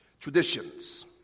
Traditions